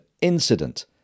incident